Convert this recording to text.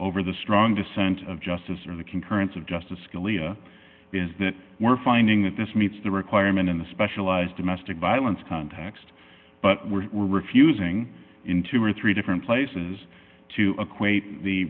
over the strong dissent of justice or the concurrence of justice scalia is that we're finding that this meets the requirement in the specialized domestic violence context but were were refusing in two or three different places to acquaint the